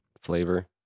flavor